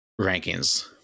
rankings